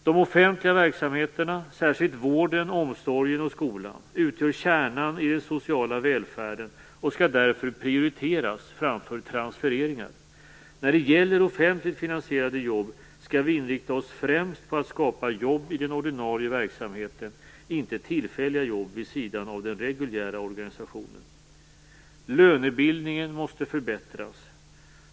De offentliga verksamheterna - särskilt vården, omsorgen och skolan - utgör kärnan i den sociala välfärden och skall därför prioriteras framför transfereringar. När det gäller offentligt finansierade jobb, skall vi inrikta oss främst på att skapa jobb i den ordinarie verksamheten, inte tillfälliga jobb vid sidan av den reguljära organisationen. Lönebildningen måste förbättras.